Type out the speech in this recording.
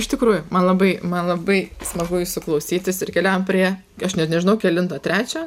iš tikrųjų man labai man labai smagu jūsų klausytis ir keliaujam prie aš net nežinau kelintą trečią